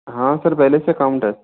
हाँ सर पहले से एकाउन्ट है